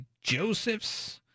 Joseph's